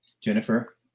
Jennifer